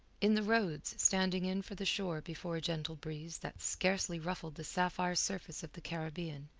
in the roads, standing in for the shore before a gentle breeze that scarcely ruffled the sapphire surface of the caribbean,